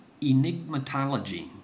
enigmatology